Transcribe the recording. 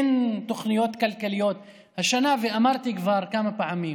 אין תוכניות כלכליות השנה, ואמרתי כבר כמה פעמים: